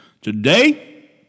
Today